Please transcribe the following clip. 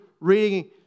reading